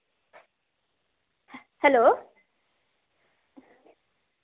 hello